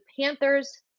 Panthers